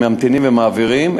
והם ממתינים ומעבירים,